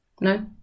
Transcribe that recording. No